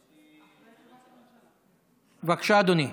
בבקשה, אדוני.